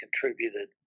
contributed